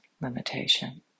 limitation